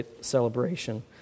celebration